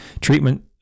Treatment